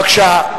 בבקשה.